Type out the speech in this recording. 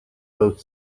boat